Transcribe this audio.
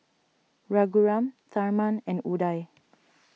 Raghuram Tharman and Udai